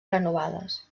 renovades